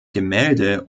gemälde